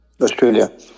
Australia